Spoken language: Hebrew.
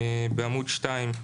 בעמוד 2,